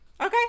Okay